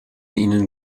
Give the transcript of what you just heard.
ihnen